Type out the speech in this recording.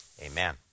Amen